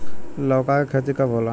लौका के खेती कब होला?